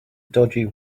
dodgy